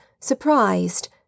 surprised